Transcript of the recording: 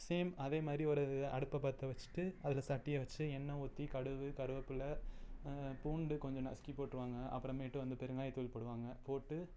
same அதே மாதிரி ஒரு அடுப்பை பற்ற வச்சிவிட்டு அதில் சட்டியை வச்சி எண்ணெய் ஊற்றி கடுகு கருவேப்பில்லை பூண்டு கொஞ்சம் நசுக்கி போட்டுருவாங்க அப்புறமேட்டு வந்து பெருங்காயத்தூள் போடுவாங்க போட்டு